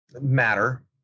matter